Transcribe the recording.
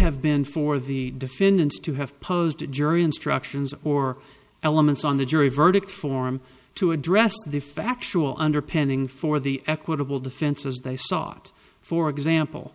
have been for the defendants to have posed the jury instructions or elements on the jury verdict form to address the factual underpinning for the equitable defenses they sought for example